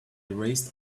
erased